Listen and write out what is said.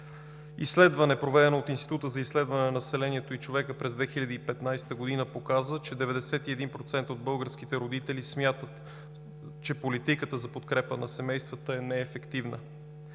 Изследване, проведено от Института за изследване на населението и човека през 2015 г., показва, че 91% от българските родители смятат, че политиката за подкрепа на семействата не е ефективна.